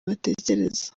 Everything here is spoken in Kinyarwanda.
batekereza